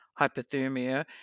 hypothermia